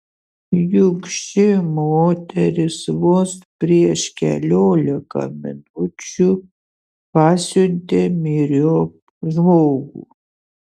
juk ši moteris vos prieš keliolika minučių pasiuntė myriop žmogų